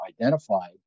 identified